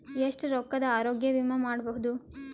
ಎಷ್ಟ ರೊಕ್ಕದ ಆರೋಗ್ಯ ವಿಮಾ ಮಾಡಬಹುದು?